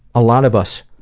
a lot of us.